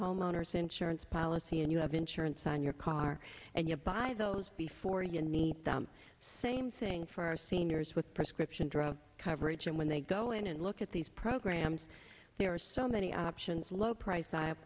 homeowner's insurance policy and you have insurance on your car and you'll buy those before you need them same thing for our seniors with prescription drug coverage and when they go in and look at these programs there are so many options low price